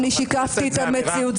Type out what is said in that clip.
שיקפתי את המציאות.